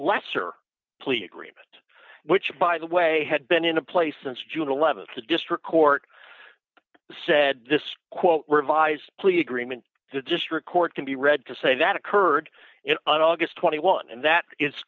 lesser plea agreement which by the way had been in a play since june th the district court said this quote revised plea agreement to just record can be read to say that occurred it on august twenty one and that is